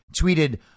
tweeted